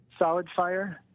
SolidFire